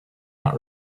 not